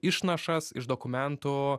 išnašas iš dokumentų